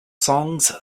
songs